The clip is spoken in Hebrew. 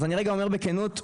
אז בכנות,